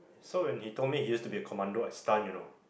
so when he told me he used to be a Commando I stunned you know